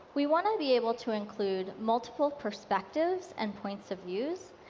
we want to be able to include multiple perspectives and points of views.